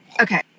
Okay